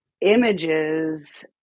images